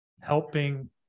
helping